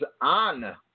on